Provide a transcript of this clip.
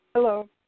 Hello